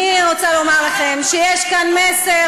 אני רוצה לומר לכם שיש כאן מסר,